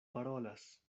parolas